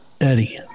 Eddie